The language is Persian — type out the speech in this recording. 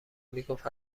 میگفت